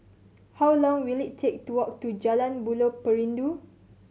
how long will it take to walk to Jalan Buloh Perindu